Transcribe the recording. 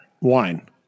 Wine